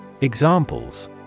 Examples